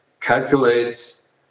calculates